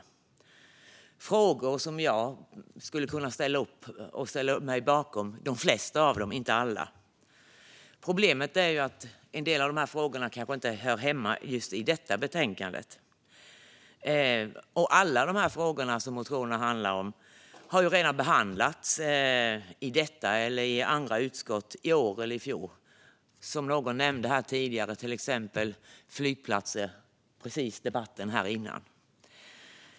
Detta är frågor som jag kan ställa mig bakom - de flesta, inte alla. Problemet är att en del av dem inte hör hemma i just detta betänkande. Alla frågor som motionerna handlar om har redan behandlats i vårt eller i andra utskott, i år eller i fjol, till exempel flygplatser, som någon nämnde i den tidigare debatten.